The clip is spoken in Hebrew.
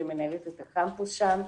שמנהלת את הקמפוס שם.